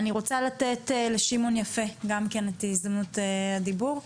אני רוצה לתת לשמעון יפה את הזדמנות הדיבור.